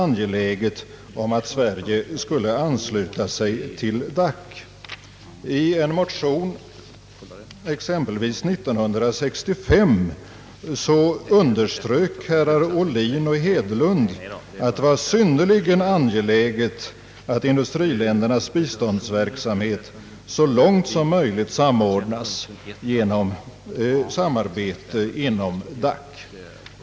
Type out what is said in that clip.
angeläget om att Sverige skulle ansluta sig till DAC. I en motion, exempelvis år 1965, underströk herrar Ohlin och Hedlund att det var synnerligen angeläget att industriländernas biståndsverksamhet så långt som möjligt samordnas genom samarbete inom DAC.